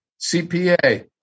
CPA